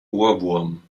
ohrwurm